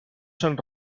sant